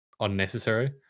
unnecessary